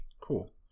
Cool